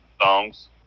songs